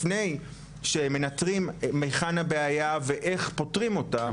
לפני שמנטרים מהיכן הבעיה ואיך פותרים אותה.